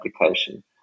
application